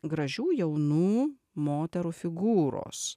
gražių jaunų moterų figūros